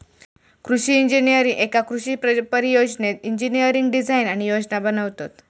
कृषि इंजिनीयर एका कृषि परियोजनेत इंजिनियरिंग डिझाईन आणि योजना बनवतत